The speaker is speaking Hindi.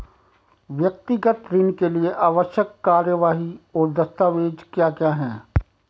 व्यक्तिगत ऋण के लिए आवश्यक कार्यवाही और दस्तावेज़ क्या क्या हैं?